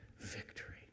victory